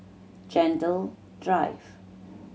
Gentle Drive